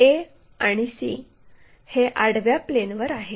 a आणि c हे आडव्या प्लेनवर आहेत